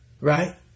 right